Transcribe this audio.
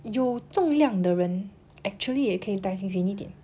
有重量的人 actually 也可以 dive 远一点